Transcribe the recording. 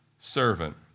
servant